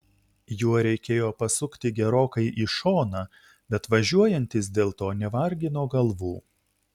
juo reikėjo pasukti gerokai į šoną bet važiuojantys dėl to nevargino galvų